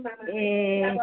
ए